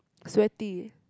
sweaty